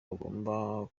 bagombaga